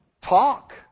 talk